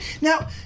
Now